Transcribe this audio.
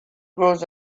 grows